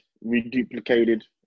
reduplicated